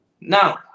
Now